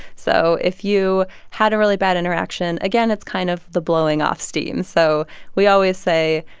so if you had a really bad interaction, again, it's kind of the blowing off steam. so we always say,